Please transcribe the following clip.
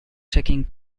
taking